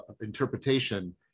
interpretation